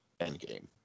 Endgame